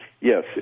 Yes